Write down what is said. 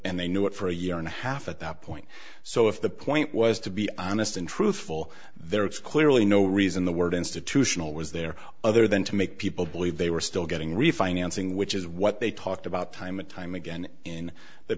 and they knew it for a year and a half at that point so if the point was to be honest and truthful there it's clearly no reason the word institutional was there other than to make people believe they were still getting refinancing which is what they talked about time and time again in the